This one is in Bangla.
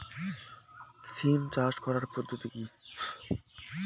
সিম চাষ করার পদ্ধতি কী?